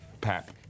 Pap